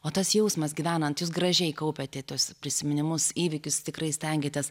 o tas jausmas gyvenant jūs gražiai kaupėte tuos prisiminimus įvykius tikrai stengėtės